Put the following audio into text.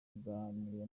kuganira